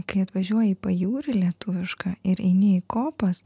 kai atvažiuoji į pajūrį lietuvišką ir eini į kopas